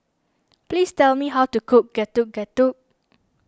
please tell me how to cook Getuk Getuk